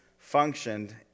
Functioned